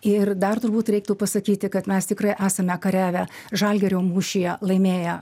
ir dar turbūt reiktų pasakyti kad mes tikrai esame kariavę žalgirio mūšyje laimėję